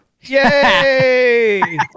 Yay